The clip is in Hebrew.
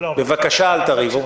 בבקשה אל תריבו.